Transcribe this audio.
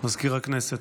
מזכיר הכנסת?